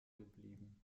geblieben